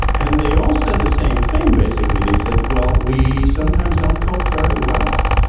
and they all said the same thing basically, they said well we sometimes don't cope very well,